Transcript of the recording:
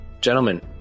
Gentlemen